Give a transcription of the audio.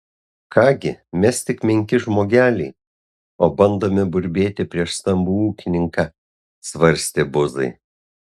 ką gi mes tik menki žmogeliai o bandome burbėti prieš stambų ūkininką svarstė buzai